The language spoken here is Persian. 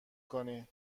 کنی